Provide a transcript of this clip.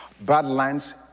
badlands